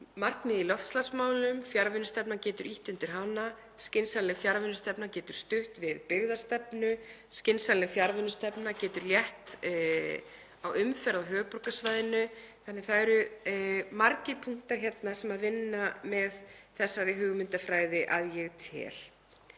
markmið í loftslagsmálum. Fjarvinnustefna getur ýtt undir hana. Skynsamleg fjarvinnustefna getur stutt við byggðastefnu. Skynsamleg fjarvinnustefna getur létt á umferð á höfuðborgarsvæðinu. Það eru margir punktar hérna sem vinna með þessari hugmyndafræði að ég tel.